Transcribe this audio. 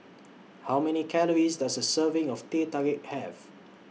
How Many Calories Does A Serving of Teh Tarik Have